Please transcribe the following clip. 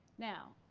now,